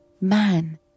Man